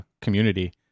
Community